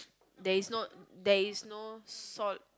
there is no there is no salt